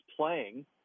playing